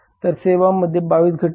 तर सेवांमध्ये 22 घटक आहेत